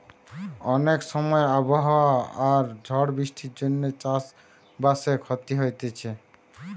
অনেক সময় আবহাওয়া আর ঝড় বৃষ্টির জন্যে চাষ বাসে ক্ষতি হতিছে